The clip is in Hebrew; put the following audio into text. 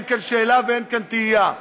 אין כאן שאלה ואין כאן תהייה.